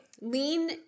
lean